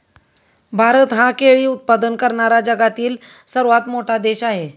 भारत हा केळी उत्पादन करणारा जगातील सर्वात मोठा देश आहे